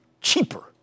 cheaper